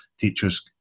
teachers